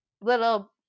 little